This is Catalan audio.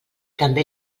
també